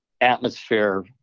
atmosphere